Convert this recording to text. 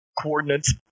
coordinates